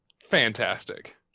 fantastic